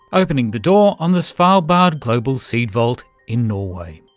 opening the door on the svarlbard global seed vault in norway.